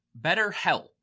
BetterHelp